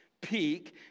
peak